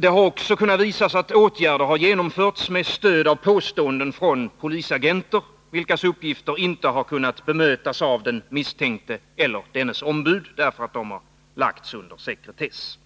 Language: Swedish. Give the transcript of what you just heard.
Det har också kunnat påvisas att åtgärder genomförts med stöd av påståenden från polisagenter, vilkas uppgifter inte kunnat bemötas av den misstänkte eller dennes ombud, eftersom de lagts under sekretess.